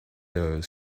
damage